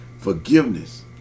Forgiveness